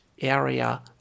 area